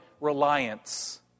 reliance